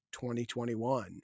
2021